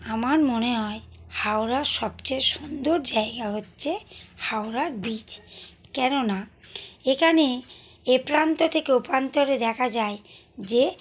আমার মনে হয় হাওড়ার সবচেয়ে সুন্দর জায়গা হচ্ছে হাওড়া ব্রিজ কেননা এখানে এ প্রান্ত থেকে ও প্রান্তে দেখা যায় যে